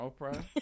Oprah